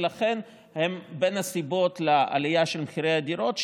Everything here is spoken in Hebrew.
ולכן הם בין הסיבות לעלייה של מחירי הדירות,